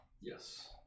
Yes